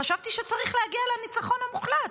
חשבתי שצריך להגיע לניצחון המוחלט.